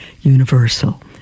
universal